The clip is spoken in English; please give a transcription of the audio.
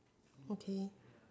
okay